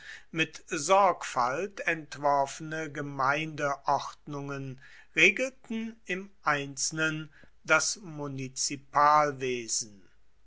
mit sorgfalt entworfene gemeindeordnungen regelten im einzelnen das